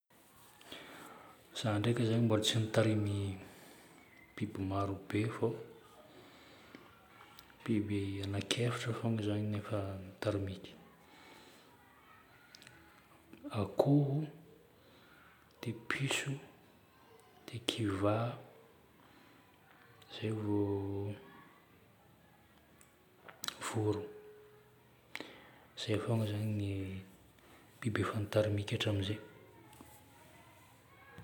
Za ndraika zagny mbola tsy nitarimy biby maro be fô biby anakiefatra fôgna zagny no efa nitarimiky: akoho, dia piso, dia kiva, zay vô vorogno. Zay fôgna zagny no biby efa nitarimiko hatramin'izay.